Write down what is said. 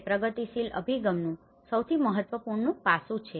તે પ્રગતિશીલ અભિગમનુ સૌથી મહત્વપૂર્ણ પાસું છે